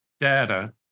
Data